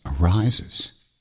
arises